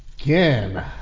Again